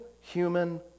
human